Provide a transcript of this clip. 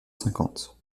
cinquante